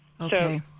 Okay